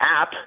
app